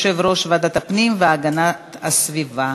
בקשת ועדת הפנים והגנת הסביבה